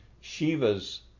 Shiva's